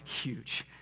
huge